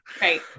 right